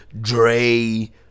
Dre